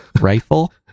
rifle